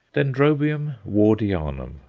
dendrobium wardianum,